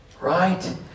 Right